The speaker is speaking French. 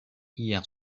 hier